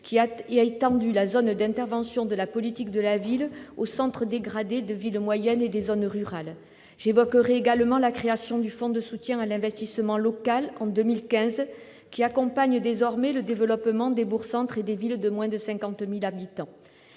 qui a étendu la zone d'intervention de la politique de la ville aux centres dégradés de villes moyennes et des zones rurales. J'évoquerai également la création du Fonds de soutien à l'investissement local, en 2015, qui accompagne désormais le développement des bourgs-centres et des villes de moins de 50 000 habitants,